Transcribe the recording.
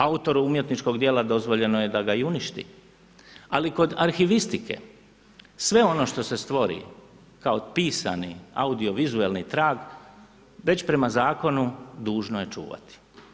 Autoru umjetničkog djela dozvoljeno je da ga i uništi, ali kod arhivistike sve ono što se stvori kao pisani audiovizualni trag već prema zakonu dužno je čuvati.